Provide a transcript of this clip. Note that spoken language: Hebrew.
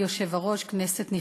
אדוני היושב-ראש, תודה, כנסת נכבדה,